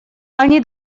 они